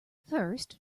first